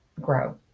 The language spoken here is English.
grow